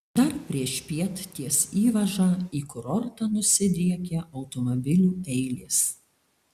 dar priešpiet ties įvaža į kurortą nusidriekė automobilių eilės